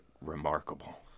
remarkable